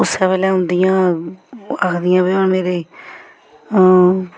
उस्सै बेल्लै औंदियां आखदियां कि भाई हून मेरे